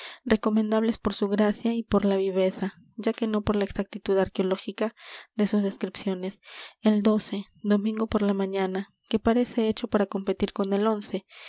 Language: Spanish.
recomendables por su gracia y por la viveza ya que no por la exactitud arqueológica de sus descripciones el domingo por la mañana que parece hecho para competir con el